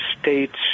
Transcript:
States